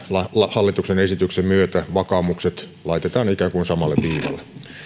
hallituksen esityksen myötä vakaumukset laitetaan ikään kuin samalle viivalle